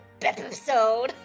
episode